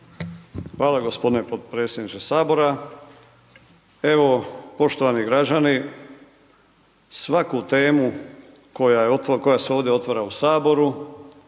Hvala gospodine potpredsjedniče Sabora. Evo, poštovani građani, svaku temu, koja se ovdje otvara u Saboru